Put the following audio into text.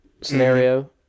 scenario